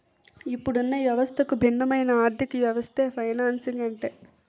ఇప్పుడున్న వ్యవస్థకు భిన్నమైన ఆర్థికవ్యవస్థే ఫైనాన్సింగ్ అంటే